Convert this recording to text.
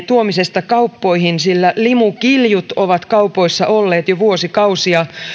tuomisesta kauppoihin sillä limukiljut ovat kaupoissa olleet jo vuosikausia